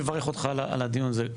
אני רוצה לברך אותך על הדיון הזה,